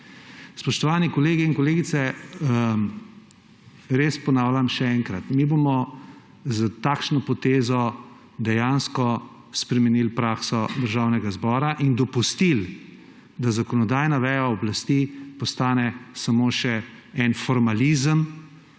Spoštovani kolegi in kolegice, res ponavljam še enkrat, mi bomo s takšno potezo dejansko spremenili prakso Državnega zbora in dopustili, da zakonodajna veja oblasti postane samo še en formalizem,